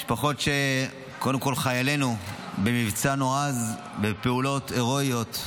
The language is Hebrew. קודם כול חיילינו במבצע נועז, בפעולות הירואיות,